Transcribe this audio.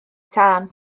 tân